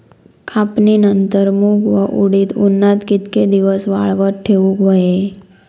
कापणीनंतर मूग व उडीद उन्हात कितके दिवस वाळवत ठेवूक व्हये?